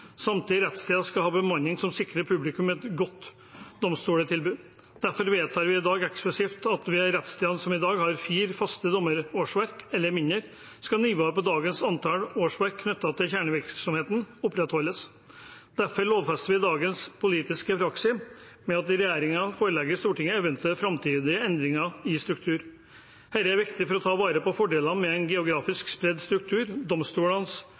skal bestå. Samtlige rettssteder skal ha bemanning som sikrer publikum et godt domstoltilbud. Derfor vedtar vi i dag eksplisitt at for de rettsstedene som i dag har fire faste dommerårsverk eller mindre, skal nivået på dagens antall årsverk knyttet til kjernevirksomheten opprettholdes. Derfor lovfester vi dagens politiske praksis med at regjeringen forelegger Stortinget eventuelle framtidige endringer i strukturen. Dette er viktig for å ta vare på fordelene med en geografisk spredd struktur. Domstolenes